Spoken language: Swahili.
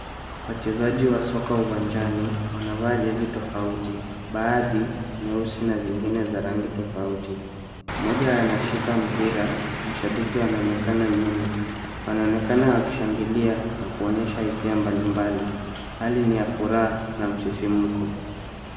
Wachezaji wa soka uwanjani wanavaa jezi tofauti. Baadhi nyeusi na zingine za rangi tofauti. Mmoja anashika mpira, mashabiki wanaonekana nyuma. Wanaonekana wakishangilia na kuonyesha hisia mbalimbali. Hali ni ya furaha na msisimko.